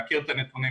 להכיר את הנתונים